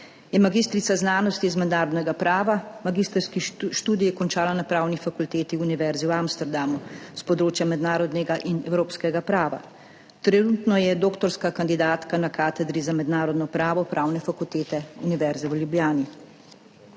magistrica znanosti iz mednarodnega prava. Magistrski študij je končala na Pravni fakulteti Univerze v Amsterdamu s področja mednarodnega in evropskega prava. Trenutno je doktorska kandidatka na Katedri za mednarodno pravo Pravne fakultete Univerze v Ljubljani.